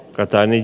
katainen